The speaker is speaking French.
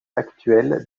actuelle